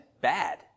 bad